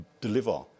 deliver